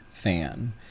fan